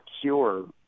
cure